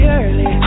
early